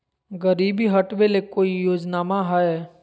गरीबी हटबे ले कोई योजनामा हय?